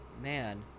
Man